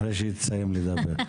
אחרי שהיא תסיים לדבר.